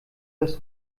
das